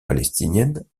palestinienne